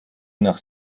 nach